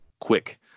quick